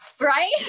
right